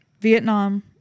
Vietnam